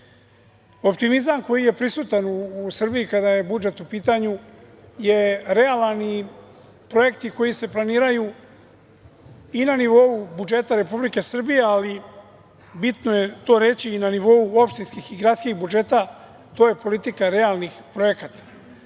građanima. Optimizam koji je prisutan u Srbiji, kada je budžet u pitanju, je realan i projekti koji se planiraju i na nivou budžeta Republike Srbije, ali, bitno je to reći, i na nivou opštinskih i gradskih budžeta je politika realnih projekata,